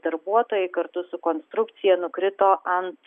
darbuotojai kartu su konstrukcija nukrito ant